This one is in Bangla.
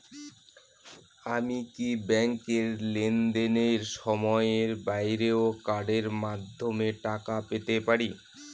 আমি কি ব্যাংকের লেনদেনের সময়ের বাইরেও কার্ডের মাধ্যমে টাকা পেতে পারি?